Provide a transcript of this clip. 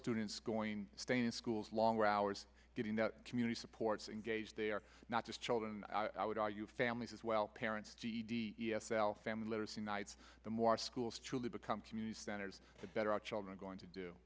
students going stay in schools longer hours getting that community supports engaged they are not just children i would argue families as well parents ged e s l family literacy nights the more schools truly become community standards the better our children are going to do